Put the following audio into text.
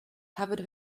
covered